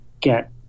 get